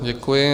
Děkuji.